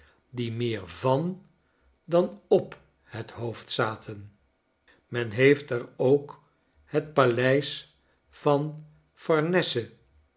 die meer van dan op het hoofd zaten men heeft er ook het paleis van